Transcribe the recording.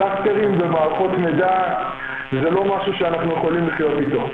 פלסטרים במערכות מידע זה לא משהו שאנחנו יכולים לחיות איתו.